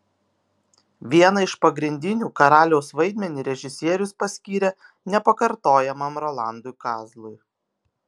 vieną iš pagrindinių karaliaus vaidmenį režisierius paskyrė nepakartojamam rolandui kazlui